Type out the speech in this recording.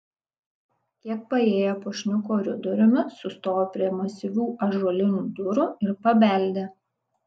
kiek paėję puošniu koridoriumi sustojo prie masyvių ąžuolinių durų ir pabeldė